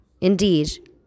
Indeed